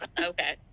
Okay